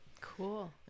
cool